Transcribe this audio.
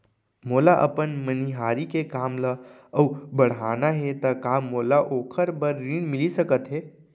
मोला अपन मनिहारी के काम ला अऊ बढ़ाना हे त का मोला ओखर बर ऋण मिलिस सकत हे?